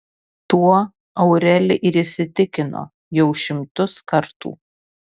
tuo aureli ir įsitikino jau šimtus kartų